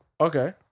Okay